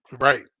Right